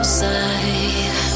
side